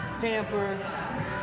pamper